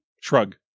Shrug